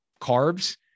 carbs